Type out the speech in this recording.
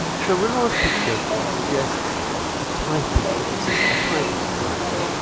so renoir's picture suggests a type of so so ah type of society.